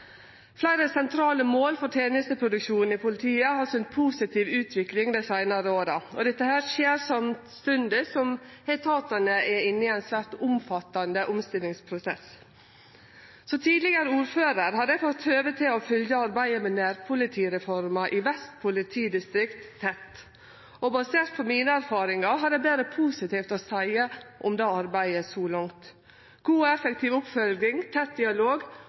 Fleire sentrale mål for tenesteproduksjonen i politiet har synt positiv utvikling dei seinare åra, og dette skjer samstundes som etaten er inne i ein svært omfattande omstillingsprosess. Som tidlegare ordførar har eg fått høve til å følgje arbeidet med nærpolitireforma i Vest politidistrikt tett. Basert på erfaringane mine har eg berre positivt å seie om det arbeidet så langt: god og effektiv oppfølging, tett dialog